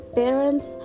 parents